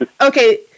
Okay